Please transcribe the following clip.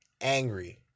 angry